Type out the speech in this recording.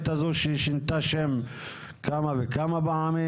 הזו שהיא שינתה שם כמה וכמה פעמים.